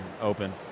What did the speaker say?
open